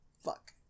fuck